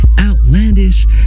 outlandish